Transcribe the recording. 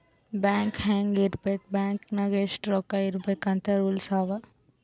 bank ಹ್ಯಾಂಗ್ ಇರ್ಬೇಕ್ bank ನಾಗ್ ಎಷ್ಟ ರೊಕ್ಕಾ ಇರ್ಬೇಕ್ ಅಂತ್ ರೂಲ್ಸ್ ಅವಾ